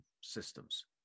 systems